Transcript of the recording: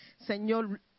Señor